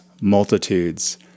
multitudes